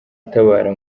utabara